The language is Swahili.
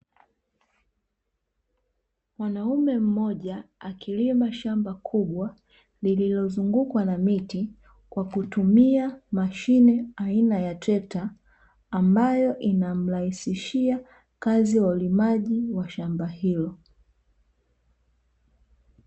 Mwanaume mmoja akilima shamba kubwa lililozungukwa na miti kwa kutumia mashine aina ya trekta, ambayo ina mrahisishia kazi ya ulimaji wa shamba hilo.